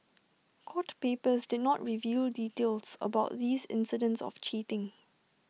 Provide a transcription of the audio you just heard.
court papers did not reveal details about these incidents of cheating